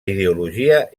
ideologia